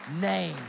name